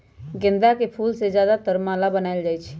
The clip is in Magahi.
गेंदा के फूल से ज्यादातर माला बनाएल जाई छई